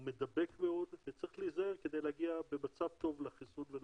הוא מדבק מאוד וצריך להיזהר כדי להגיע במצב טוב לחיסון ולנוגדנים.